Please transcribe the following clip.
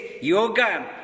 Yoga